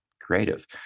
creative